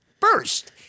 first